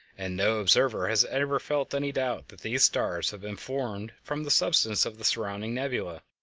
and no observer has ever felt any doubt that these stars have been formed from the substance of the surrounding nebula.